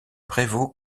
prévost